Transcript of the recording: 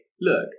look